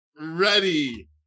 ready